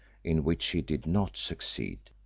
in which he did not succeed.